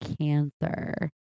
cancer